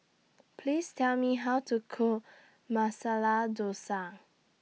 Please Tell Me How to Cook Masala Dosa